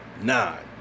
Nine